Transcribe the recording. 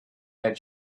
had